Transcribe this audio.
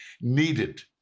needed